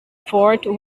fort